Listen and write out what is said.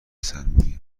سرمایه